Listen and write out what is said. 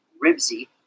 Ribsy